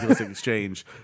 exchange